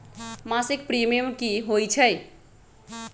मासिक प्रीमियम की होई छई?